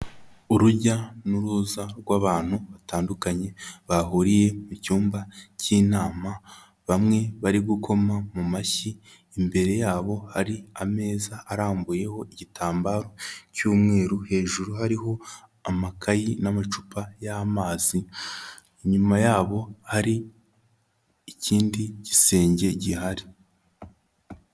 Urujya n'uruza rw'abantu batandukanye bahuriye mu cyumba cy'inama bamwe, bari gukoma mu mashyi, imbere yabo hari ameza arambuyeho igitambaro cy'umweru, hejuru hariho amakayi n'amacupa y'amazi, inyuma yabo hari ikindi gisenge gihari.